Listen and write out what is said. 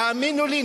האמינו לי,